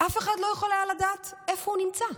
אף אחד לא יכול היה לדעת איפה הוא נמצא.